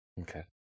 Okay